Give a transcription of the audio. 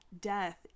death